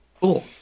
Cool